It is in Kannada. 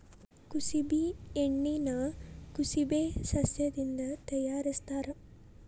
ಕುಸಬಿ ಎಣ್ಣಿನಾ ಕುಸಬೆ ಸಸ್ಯದಿಂದ ತಯಾರಿಸತ್ತಾರ